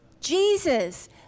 Jesus